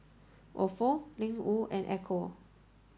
Ofo Ling Wu and Ecco